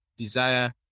desire